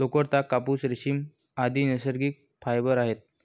लोकर, ताग, कापूस, रेशीम, आदि नैसर्गिक फायबर आहेत